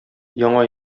яңа